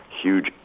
huge